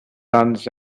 runs